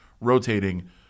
rotating